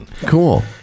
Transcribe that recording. Cool